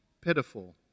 pitiful